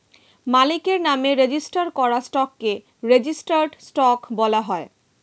মালিকের নামে রেজিস্টার করা স্টককে রেজিস্টার্ড স্টক বলা হয়